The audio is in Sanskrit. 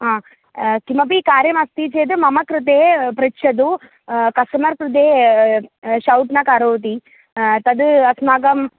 हा किमपि कार्यमस्ति चेद् मम कृते पृच्छतु कस्टमर् कृते शौट् न करोति तद् अस्माकं